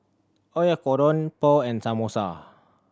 Oyakodon Pho and Samosa